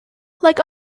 like